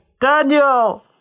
Daniel